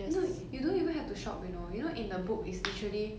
no you don't even have to shop you know you know in the book it's literally